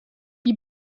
die